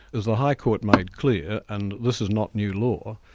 as the high court made clear, and this is not new law,